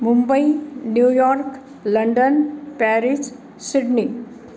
Mumbai New York London Paris Sydney